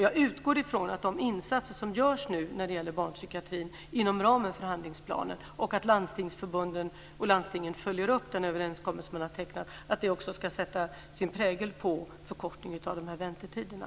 Jag utgår ifrån att landstingsförbunden och landstingen följer upp den överenskommelse man har tecknat och att de insatser som nu görs när det gäller barnpsykiatrin inom ramen för handlingsplanen ska bidra till en förkortning av väntetiderna.